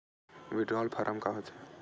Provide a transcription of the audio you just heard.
Withdrawal form का होथे?